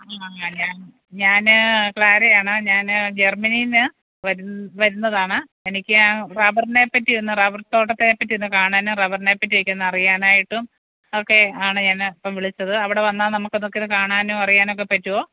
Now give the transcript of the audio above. അങ്ങനെയാണ് ഞാന് ക്ലാരയാണ് ഞാന് ജർമ്മനീന്ന് വര് വരുന്നതാണ് എനിക്ക് റബ്ബറിനെപ്പറ്റിയൊന്ന് റബ്ബർ തോട്ടത്തെപ്പറ്റിയൊന്ന് കാണാനും റബ്ബറിനെപ്പറ്റിയൊക്കെയൊന്നറിയാനായിട്ടും ഒക്കെ ആണ് ഞാന് ഇപ്പോള് വിളിച്ചത് അവടെവന്നാല് നമുക്കതൊക്കെയൊന്നു കാണാനും അറിയാനൊക്കെ പറ്റുമോ